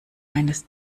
eines